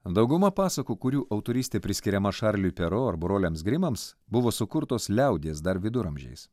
dauguma pasakų kurių autorystė priskiriama čarliui pero ar broliams grimams buvo sukurtos liaudies dar viduramžiais